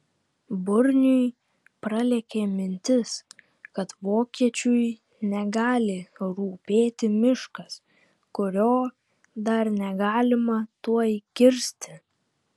burniui pralėkė mintis kad vokiečiui negali rūpėti miškas kurio dar negalima tuoj kirsti